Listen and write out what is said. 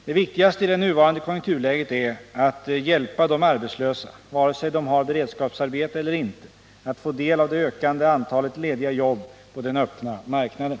Det viktigaste i det nuvarande konjukturläget är att hjälpa de arbetslösa — antingen de har beredskapsarbete eller inte — att få del av det ökande antalet lediga jobb på den öppna marknaden.